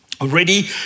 Already